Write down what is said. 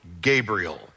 Gabriel